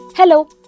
Hello